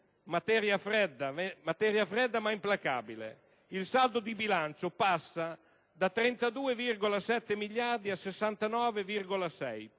materia fredda ma implacabile. Il saldo di bilancio passa da 32,7 miliardi a 69,6, più del